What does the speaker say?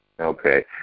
Okay